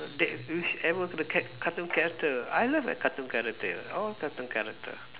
that whichever the cat~ cartoon character I love that character all cartoon character